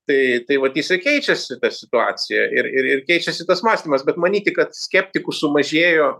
tai tai vat jisai keičiasi situacija ir ir ir keičiasi tas mąstymas bet manyti kad skeptikų sumažėjo